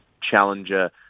challenger